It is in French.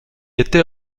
été